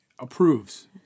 approves